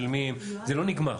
של מי הם זה לא נגמר.